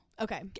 Okay